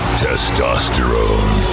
testosterone